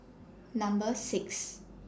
Number six